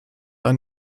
ein